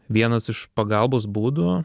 vienas iš pagalbos būdų